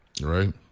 right